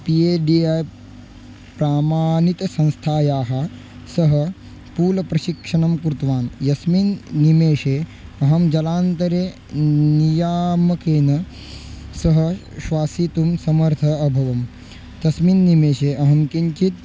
P A D A प्रामाणितसंस्थायाः सः मूलप्रशिक्षणं कृतवान् यस्मिन् निमेषे अहं जलान्तरे नियामकेन सह श्वासितुं समर्थः अभवं तस्मिन् निमेषे अहं किञ्चित्